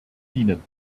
dienen